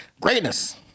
Greatness